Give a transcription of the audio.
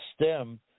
stem